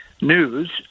news